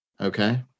Okay